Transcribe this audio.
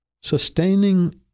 Sustaining